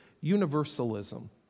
universalism